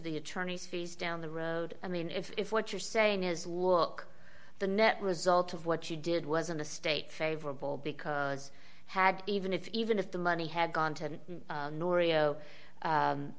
the attorney's fees down the road i mean if what you're saying is look the net result of what you did was in the state favorable because had even if even if the money had gone to